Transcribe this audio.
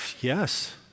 Yes